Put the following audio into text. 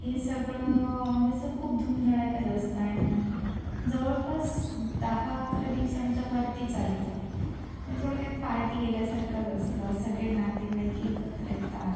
हे सगळं म्हणजे असं खूप धूमधडाक्यात असतं आणि जवळपास दहाअकरा दिवसांच्या वरती चालतं आणि थोडक्यात पार्टी केल्यासारखंच असतं सगळे नातेवाईक एकत्र येतात